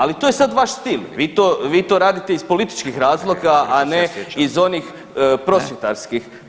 Ali to je sad vaš stil, vi to radite iz političkih razloga, a ne iz onih prosvjetarskih.